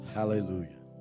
hallelujah